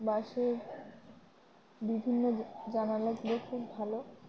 বাসের বিভিন্ন জানালাগুলো খুব ভালো